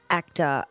actor